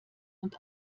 und